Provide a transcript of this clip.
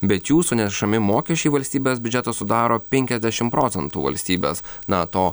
bet jų sunešami mokesčiai į valstybės biudžetą sudaro penkiasdešim procentų valstybės na to